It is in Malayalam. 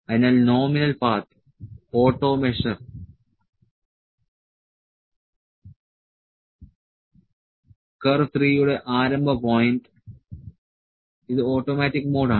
അതിനാൽ nominal path auto measure auto measure curve 3 യുടെ ആരംഭ പോയിന്റ് ഇത് ഓട്ടോമാറ്റിക് മോഡ് ആണ്